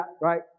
right